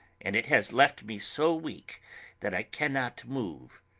and it has left me so weak that i cannot move.